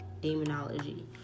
Demonology